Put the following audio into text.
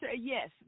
yes